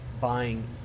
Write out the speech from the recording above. buying